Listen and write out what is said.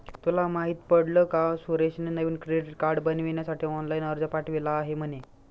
तुला माहित पडल का सुरेशने नवीन क्रेडीट कार्ड बनविण्यासाठी ऑनलाइन अर्ज पाठविला आहे म्हणे